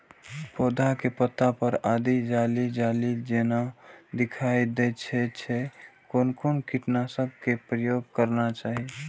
पोधा के पत्ता पर यदि जाली जाली जेना दिखाई दै छै छै कोन कीटनाशक के प्रयोग करना चाही?